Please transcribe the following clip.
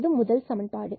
இதுவே முதல் சமன்பாடு